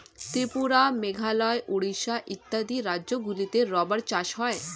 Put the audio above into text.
ত্রিপুরা, মেঘালয়, উড়িষ্যা ইত্যাদি রাজ্যগুলিতে রাবার চাষ হয়